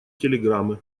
телеграммы